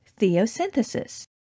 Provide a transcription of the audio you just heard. Theosynthesis